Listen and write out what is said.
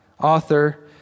author